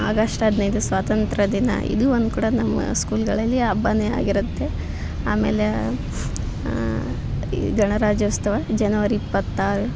August ಹದಿನೈದು ಸ್ವಾತಂತ್ರ್ಯ ದಿನ ಇದು ಒಂದು ಕೂಡ ನಮ್ಮ ಸ್ಕೂಲ್ಗಳಲ್ಲಿ ಹಬ್ಬನೇ ಆಗಿರುತ್ತೆ ಆಮೇಲೆ ಈ ಗಣರಾಜ್ಯೋತ್ಸವ ಜನವರಿ ಇಪ್ಪತ್ತಾರು